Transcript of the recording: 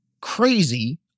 crazy